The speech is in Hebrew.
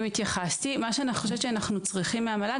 מה שאנחנו צריכים מהמל"ג,